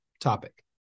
topic